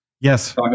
Yes